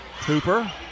Cooper